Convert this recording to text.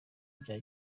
bya